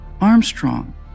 Armstrong